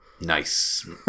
Nice